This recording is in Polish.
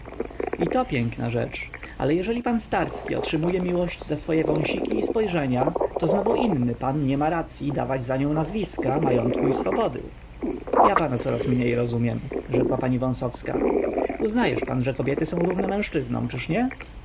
i to piękna rzecz ale jeżeli pan starski otrzymuje miłość za swoje wąsiki i spojrzenia to znowu inny pan nie ma racyi dawać za nią nazwiska majątku i swobody ja pana coraz mniej rozumiem rzekła pani wąsowska uznajesz pan że kobiety są równe mężczyznom czy nie